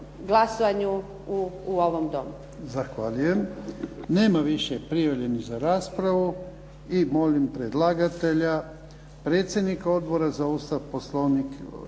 Ivan (HDZ)** Zahvaljujem. Nema više prijavljenih za raspravu. I molim predlagatelja, predsjednika Odbora za Ustav, Poslovnik